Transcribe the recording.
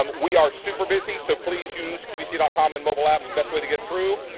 um we are super busy. so please use qvc dot com and mobile apps best way to get through.